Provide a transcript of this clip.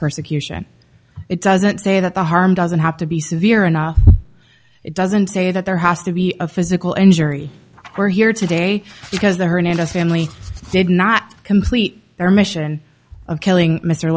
persecution it doesn't say that the harm doesn't have to be severe enough it doesn't say that there has to be a physical injury where here today because the hernandez family did not complete their mission of killing mr